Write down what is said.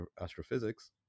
astrophysics